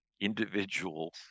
individuals